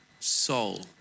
soul